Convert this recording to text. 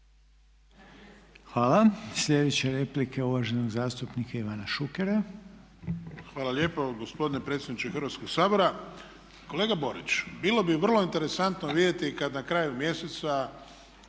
Hvala. Sljedeća je replika uvaženog zastupnika Ivana Šukera. **Šuker, Ivan (HDZ)** Hvala lijepo gospodine predsjedniče Hrvatskog sabora. Kolega Borić, bilo bi vrlo interesantno vidjeti kad na kraju mjeseca